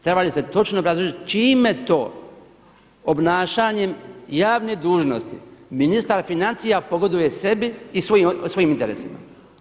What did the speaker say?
Trebali ste točno obrazložiti čime to obnašanjem javnih dužnosti ministar financija pogoduje sebi i svojim interesima.